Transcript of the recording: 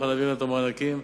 להעביר להם את המענקים,